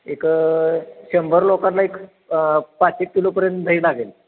एक शंभर लोकांना एक पाच एक किलोपर्यंत दही लागेल